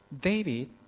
David